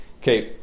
Okay